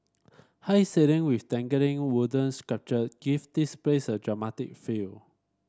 high ceiling with dangling wooden sculpture give this place a dramatic feel